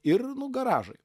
ir garažai